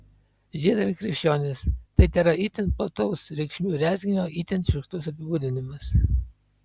žydai ir krikščionys tai tėra itin plataus reikšmių rezginio itin šiurkštus apibūdinimas